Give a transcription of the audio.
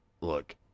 Look